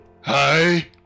Hi